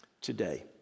today